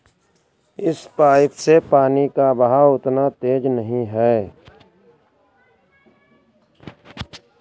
इस पाइप से पानी का बहाव उतना तेज नही है